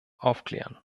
aufklären